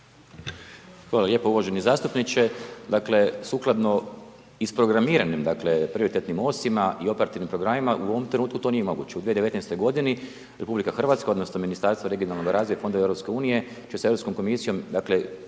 Hvala lijepo uvaženi zastupniče. Dakle, sukladno isprogramiranim, dakle, prioritetnim osima i operativnim programima u ovom trenutku to nije moguće. U 2019.g. RH odnosno Ministarstvo regionalnog razvoja i fondova EU će s Europskom komisijom, dakle,